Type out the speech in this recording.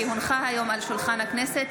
כי הונחה היום על שולחן הכנסת,